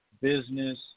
business